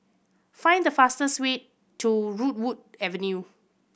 find the fastest way to Redwood Avenue